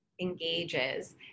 engages